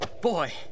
Boy